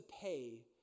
pay